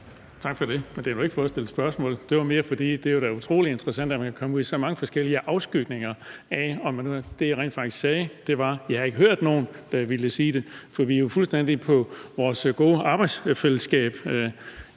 Tak for det. Det var nu ikke for at stille spørgsmål. Det er mere, fordi det da er utrolig interessant, at man kan komme ud i så mange forskellige afskygninger af det, jeg rent faktisk sagde. Det var: Jeg har ikke hørt nogen, der ville sige det. For vi er jo i vores gode arbejdsfællesskab